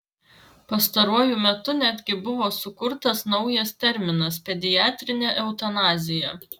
pastaruoju metu netgi buvo sukurtas naujas terminas pediatrinė eutanazija